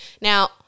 Now